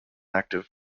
active